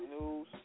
news